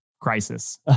crisis